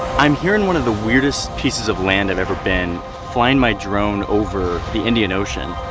i'm here in one of the weirdest pieces of land i've ever been flying my drone over the indian ocean.